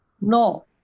No